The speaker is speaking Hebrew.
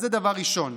זה דבר ראשון.